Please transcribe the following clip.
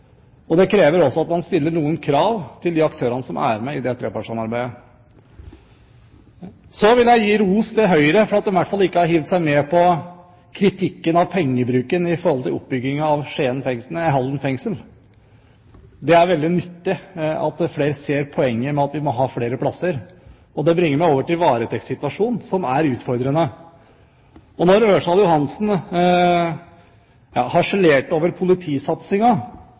og det krever også at man stiller noen krav til de aktørene som er med i det trepartssamarbeidet. Så vil jeg gi ros til Høyre for at de i hvert fall ikke har hivd seg på kritikken av pengebruken når det gjelder oppbyggingen av Halden fengsel. Det er veldig nyttig at flere ser poenget med at vi må ha flere plasser. Det bringer meg over til varetektssituasjonen, som er utfordrende. Når Ørsal Johansen harselerte over